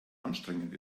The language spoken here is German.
anstrengend